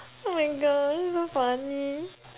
oh my gosh so funny